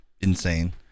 insane